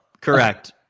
correct